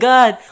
God